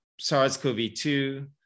SARS-CoV-2